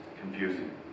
confusing